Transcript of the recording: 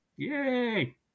Yay